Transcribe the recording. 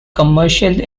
commercially